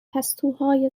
پستوهای